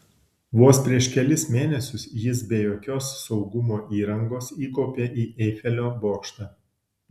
vos prieš kelis mėnesius jis be jokios saugumo įrangos įkopė į eifelio bokštą